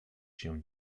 się